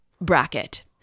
bracket